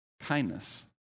kindness